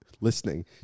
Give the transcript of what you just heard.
listening